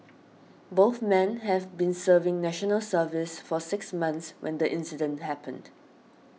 both men have been serving National Service for six months when the incident happened